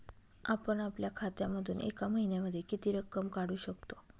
आपण आपल्या खात्यामधून एका महिन्यामधे किती रक्कम काढू शकतो?